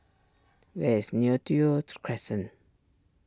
where is Neo Tiew Crescent